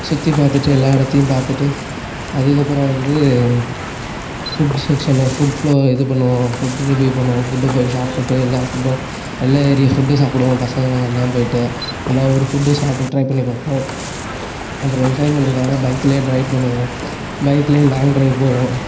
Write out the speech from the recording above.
சுற்றி பார்த்துட்டு எல்லா இடத்தையும் பார்த்துட்டு அதுக்கப்புறம் வந்து ஃபுட் செக்ஷனு ஃபுட் ஃப்ளோர் இது பண்ணுவோம் ஃபுட்டு ரிவ்யூவ் பண்ணுவோம் ஃபுட்டை போய் சாப்பிட்டுட்டு எல்லாம் ஃபுட்டும் எல்லா ஏரியா ஃபுட்டும் சாப்பிடுவோம் பசங்க நாங்கள் எல்லாம் போயிட்டு எல்லா ஊர் ஃபுட்டும் சாப்பிட்டு ட்ரை பண்ணி பார்ப்போம் அப்புறம் என்ஜாய்மெண்டுக்காக பைக்கில் ட்ரைவ் பண்ணுவோம் பைக்கிலேயே லாங் ட்ரைவ் போவோம்